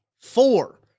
Four